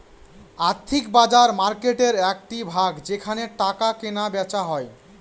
আর্থিক বাজার মার্কেটের একটি ভাগ যেখানে টাকা কেনা বেচা হয়